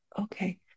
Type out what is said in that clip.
Okay